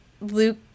Luke